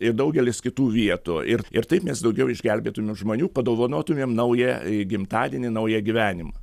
ir daugelis kitų vietų ir ir taip mes daugiau išgelbėtumėm žmonių padovanotumėm naują gimtadienį naują gyvenimą